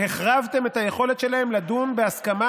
והחרבתם את היכולת שלהם לדון בהסכמה